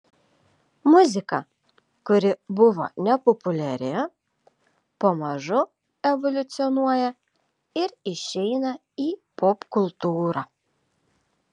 muzika kuri buvo nepopuliari pamažu evoliucionuoja ir išeina į popkultūrą